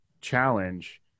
challenge